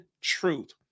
truth